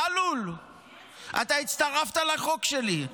אתה הצטרפת לחוק שלי.